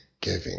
giving